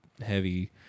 heavy